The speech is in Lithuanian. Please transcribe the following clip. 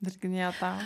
virginija o tau